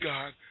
God